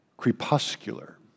crepuscular